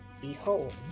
Behold